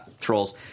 trolls